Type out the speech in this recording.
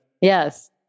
Yes